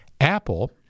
Apple